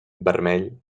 vermell